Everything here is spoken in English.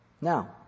Now